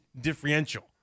differential